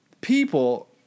people